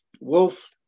Wolf